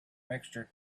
mixture